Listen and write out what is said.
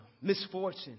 Misfortune